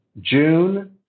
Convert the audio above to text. June